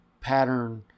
pattern